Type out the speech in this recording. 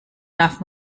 darf